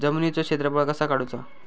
जमिनीचो क्षेत्रफळ कसा काढुचा?